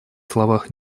словах